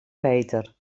peter